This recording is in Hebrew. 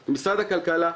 עם משרד הכלכלה,